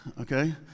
okay